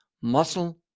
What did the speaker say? muscle